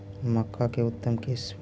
मक्का के उतम किस्म?